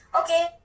Okay